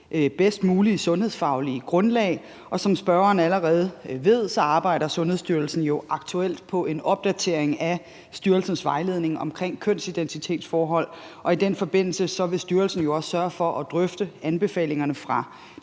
bedst mulige sundhedsfaglige grundlag, og som spørgeren allerede ved, arbejder Sundhedsstyrelsen jo aktuelt på en opdatering af styrelsens vejledning omkring kønsidentitetsforhold, og i den forbindelse vil styrelsen jo også sørge for at drøfte anbefalingerne fra